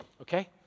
Okay